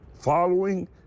Following